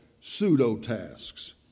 pseudo-tasks